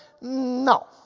no